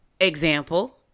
example